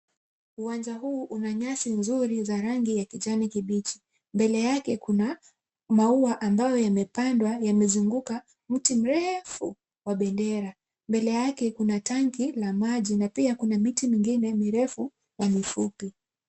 Uwanja huu una nyasi nzuri za rangi ya kijani kibichi. Mbele yake kuna maua ambayo yamepandwa yamezunguka mti mrefu wa bendera. Mbele yake kuna tanki la maji na pia kuna miti mingine mirefu na mifupi.